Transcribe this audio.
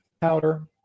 powder